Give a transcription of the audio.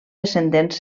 descendents